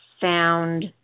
found